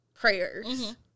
prayers